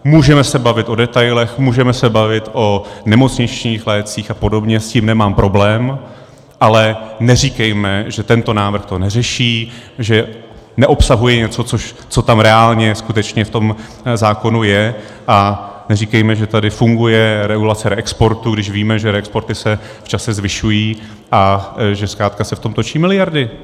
Můžeme se bavit o detailech, můžeme se bavit o nemocničních lécích a podobně, s tím nemám problém, ale neříkejme, že tento návrh to neřeší, že neobsahuje něco, co tam reálně skutečně v tom zákonu je, a neříkejme, že tady funguje regulace reexportu, když víme, že reexporty se v čase zvyšují a že zkrátka se v tom točí miliardy.